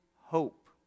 hope